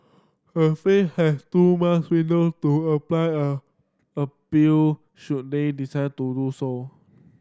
the firm has two month window to a flyer a appeal should they decide to do so